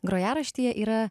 grojaraštyje yra